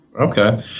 Okay